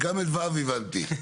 גם את (ו) הבנתי.